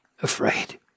afraid